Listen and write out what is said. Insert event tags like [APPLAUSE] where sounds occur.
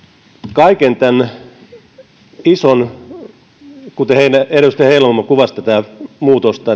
kaiken tämän kuten edustaja heinäluoma kuvasi tätä muutosta [UNINTELLIGIBLE]